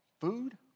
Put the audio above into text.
food